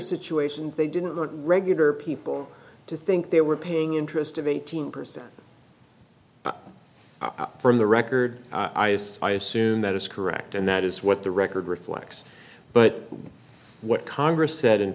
situations they didn't want regular people to think they were paying interest of eighteen percent from the record i assessed i assume that is correct and that is what the record reflects but what congress said